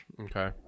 Okay